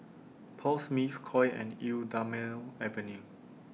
Paul Smith Koi and Eau Thermale Avene